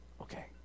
Okay